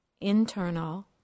internal